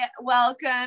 Welcome